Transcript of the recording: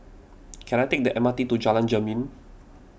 can I take the M R T to Jalan Jermin